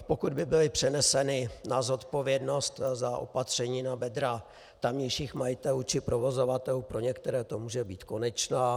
Pokud by byla přenesena odpovědnost za opatření na bedra tamějších majitelů či provozovatelů, pro některé to může být konečná.